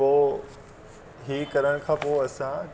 पोइ हीउ करण खां पोइ असां